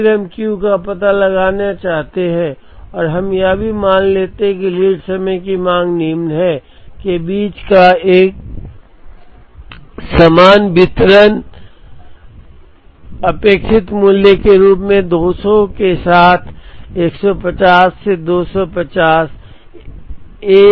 फिर हम Q का पता लगाना चाहते हैं और हम यह भी मान लेते हैं कि लीड समय की मांग निम्न है के बीच एक समान वितरण अपेक्षित मूल्य के रूप में 200 के साथ 150 से 250 a uniform distribution